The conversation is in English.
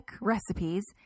recipes